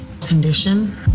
Condition